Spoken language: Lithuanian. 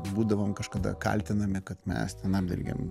būdavom kažkada kaltinami kad mes ten apdengėm